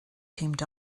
teamed